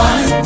One